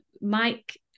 Mike